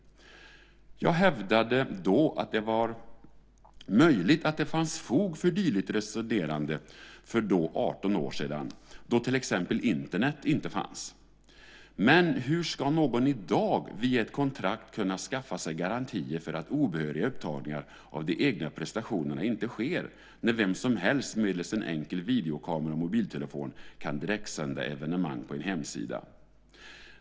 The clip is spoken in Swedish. Jag hävdade då att det var möjligt att det fanns fog för dylikt resonerande för 18 år sedan, då till exempel Internet inte fanns. Men hur ska någon i dag via ett kontrakt kunna skaffa sig garantier för att obehöriga upptagningar av de egna prestationerna inte sker när vem som helst medelst en enkel videokamera och mobiltelefon kan direktsända evenemang på en hemsida?